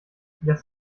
das